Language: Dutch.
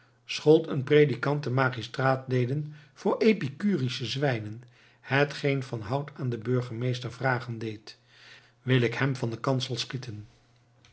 schold een predikant de magistraat leden voor epicurische zwijnen hetgeen van hout aan den burgemeester vragen deed wil ik hem van den